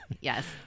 yes